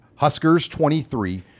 Huskers23